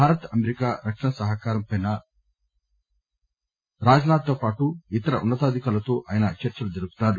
Bharat America రక్షణ సహకారంపై Rajnath తో పాటు ఇతర ఉన్నతాధికారులతో ఆయన చర్చలు జరుపుతారు